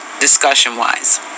discussion-wise